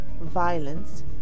violence